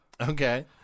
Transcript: Okay